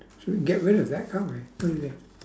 should we get rid of that card we what do you think